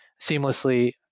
seamlessly